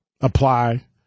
apply